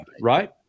right